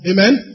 Amen